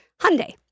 Hyundai